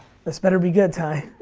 this better be good, ty.